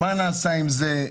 מה נעשה עם זה?